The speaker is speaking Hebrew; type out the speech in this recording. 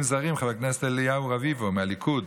זרים חבר הכנסת אליהו רביבו מהליכוד,